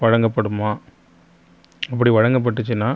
வழங்கப்படுமா அப்படி வழங்கப்பட்டுச்சுன்னா